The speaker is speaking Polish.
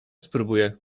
spróbuję